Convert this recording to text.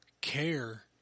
care